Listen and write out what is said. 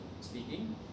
speaking